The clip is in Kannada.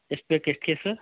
ಎಷ್ಟು ಬೇಕು ಎಷ್ಟು ಕೇಸ್